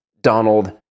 Donald